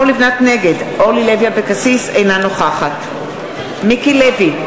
נגד אורלי לוי אבקסיס, אינה נוכחת מיקי לוי,